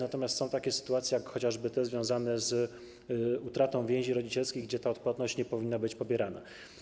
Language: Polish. Natomiast są takie sytuacje jak chociażby te związane z utratą więzi rodzicielskich, kiedy ta odpłatność nie powinna być pobierana.